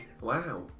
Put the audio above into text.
Wow